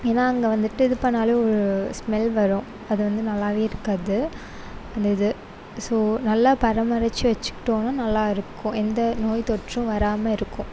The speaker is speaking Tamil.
ஏன்னால் அங்கே வந்துட்டு இது பண்ணிணாலும் ஸ்மெல் வரும் அது வந்து நல்லாவே இருக்காது அந்த இது ஸோ நல்லா பராமரித்து வச்சுக்கிட்டோம்னா நல்லாயிருக்கும் எந்த நோய்தொற்றும் வராமல் இருக்கும்